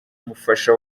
umufasha